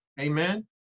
Amen